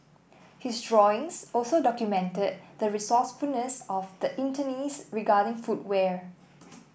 his drawings also documented the resourcefulness of the internees regarding footwear